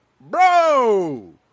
bro